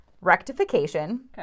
rectification